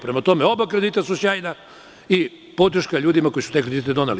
Prema tome, oba kredita su sjajna i podrška ljudima koji su te kredite doneli.